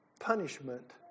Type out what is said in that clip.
punishment